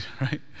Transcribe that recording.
right